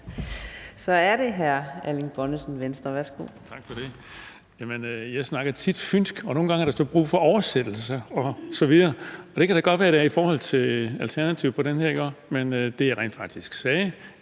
Så er det hr. Erling Bonnesen, Venstre.